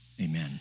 amen